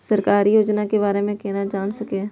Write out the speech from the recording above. सरकारी योजना के बारे में केना जान से?